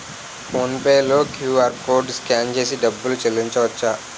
phone pay లో QR code scan చేసి డబ్బులు చెల్లించవచ్చు